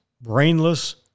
brainless